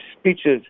speeches